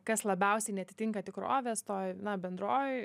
kas labiausiai neatitinka tikrovės toj na bendrojoj